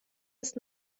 ist